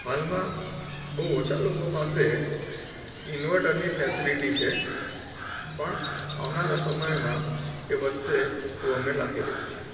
હાલમાં બહુ ઓછા લોકો પાસે ઈન્વર્ટરની ફેસેલિટી છે પણ આવનારા સમયમાં એ વધશે એવું અમને લાગી રહ્યું છે